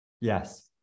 Yes